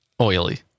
oily